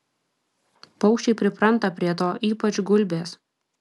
paukščiai pripranta prie to ypač gulbės